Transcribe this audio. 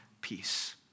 peace